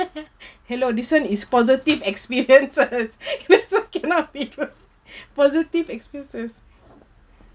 hello this [one] is positive experiences this [one] cannot be positive experiences